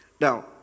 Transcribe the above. Now